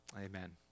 Amen